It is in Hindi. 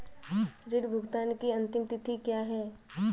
ऋण भुगतान की अंतिम तिथि क्या है?